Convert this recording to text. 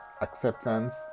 acceptance